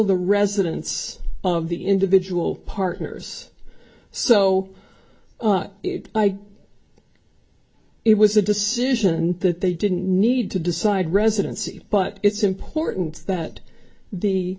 the residence of the individual partners so it was a decision that they didn't need to decide residency but it's important that the